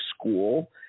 school